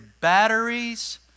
batteries